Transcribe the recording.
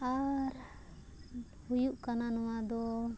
ᱟᱨ ᱦᱩᱭᱩᱜ ᱠᱟᱱᱟ ᱱᱚᱣᱟ ᱫᱚ